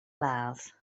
ladd